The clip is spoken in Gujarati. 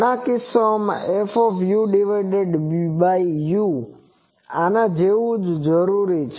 ઘણા કિસ્સાઓમાં Fu આના જેવુ હોવું જરૂરી છે